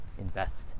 invest